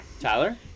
Tyler